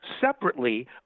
separately